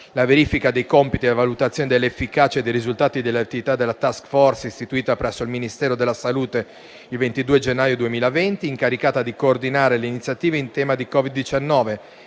la verifica dei compiti e la valutazione dell'efficacia e dei risultati delle attività della *task force,* istituita presso il Ministero della salute il 22 gennaio 2020, incaricata di coordinare le iniziative in tema di Covid-19